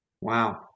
Wow